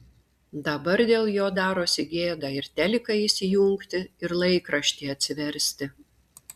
dabar dėl jo darosi gėda ir teliką įsijungti ir laikraštį atsiversti